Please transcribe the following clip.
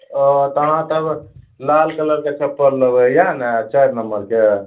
ओ तऽ अहाँ तब लाल कलरके चप्पल लेबय इएह ने चारि नम्बरके